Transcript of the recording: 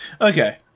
Okay